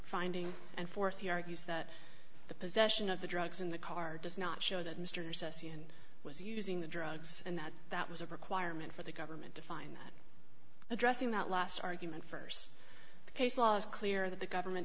finding and for a few argues that the possession of the drugs in the car does not show that mr ceci and was using the drugs and that that was a requirement for the government to find that addressing that last argument st case law is clear that the government